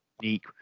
unique